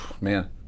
Man